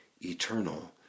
eternal